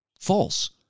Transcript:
false